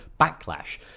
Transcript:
backlash